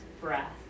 breath